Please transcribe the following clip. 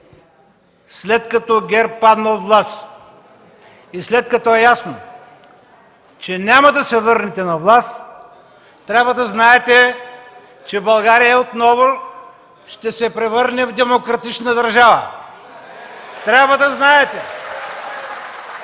След като ГЕРБ падна от власт и е ясно, че няма да се върнете на власт, трябва да знаете, че България отново ще се превърне в демократична държава. (Възгласи от